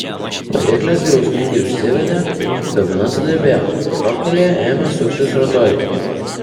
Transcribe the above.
variklis griausmingai užsivedė kabina sudrebėjo šoktelėję ėmė suktis rotoriai